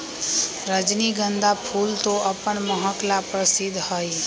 रजनीगंधा फूल तो अपन महक ला प्रसिद्ध हई